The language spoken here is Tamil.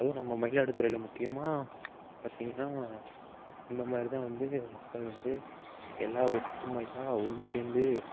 அதுவும் நம்ம மயிலாடுதுறையில் முக்கியமாக பார்த்திங்கனா இந்தமாதிரிதான் வந்து மக்கள் வந்து எல்லாம் ஒற்றுமையா ஒன்று சேர்ந்து